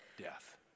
death